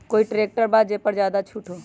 कोइ ट्रैक्टर बा जे पर ज्यादा छूट हो?